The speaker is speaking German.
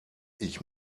ich